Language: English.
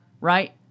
right